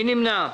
מי נמנע?